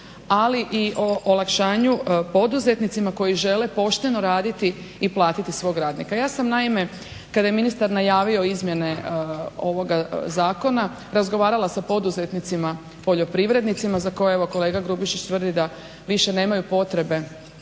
ali i o olakšanju poduzetnicima koji žele pošteno raditi i platiti svog radnika. Ja sam naime kada je ministar najavio izmjene ovoga zakona razgovarala sa poduzetnicima poljoprivrednicima za koje evo kolega Grubišić tvrdi da više nemaju potrebe